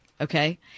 Okay